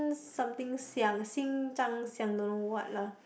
something Xiang-xing-zhang-xiang don't know what lah